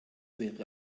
wäre